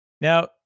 Now